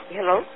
Hello